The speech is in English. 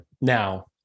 Now